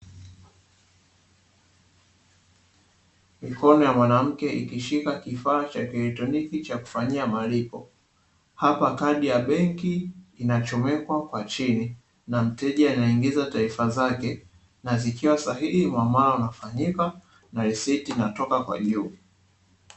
Mikono ya mwanamke ikishika kifaa cha kielektroniki cha kufanyia malipo hapa. Kadi ya benki inachomekwa kwa chini, na mteja anaingiza taarifa zake na zikiwa sahihi muamala unafanyika na risiti inatoka kwa juu.